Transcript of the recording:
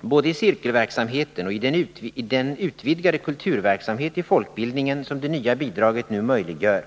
Både i cirkelverksamheten och i den utvidgade kulturverksamhet i folkbildningen som det nya bidraget nu möjliggör